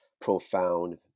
profound